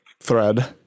Thread